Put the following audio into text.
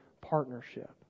partnership